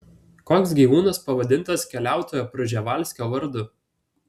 koks gyvūnas pavadintas keliautojo prževalskio vardu